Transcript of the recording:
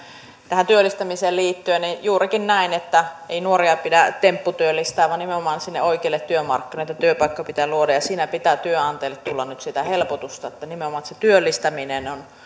tähän työllistämiseen liittyen juurikin näin että ei nuoria pidä tempputyöllistää vaan nimenomaan sinne oikeille työmarkkinoille näitä työpaikkoja pitää luoda ja siinä pitää työnantajille tulla nyt sitä helpotusta nimenomaan että se työllistäminen on